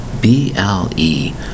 B-L-E